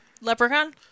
Leprechaun